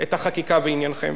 אני מכיר חלק מכם,